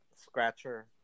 Scratcher